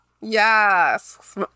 Yes